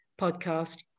podcast